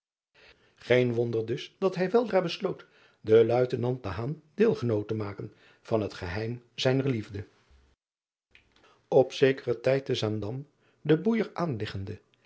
een wonder dus dat hij weldra besloot den uite driaan oosjes zn et leven van aurits ijnslager nant deelgenoot te maken van het geheim zijner liefde p zekeren tijd te aandam de boeijer aanliggende